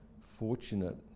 fortunate